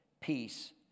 peace